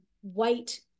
white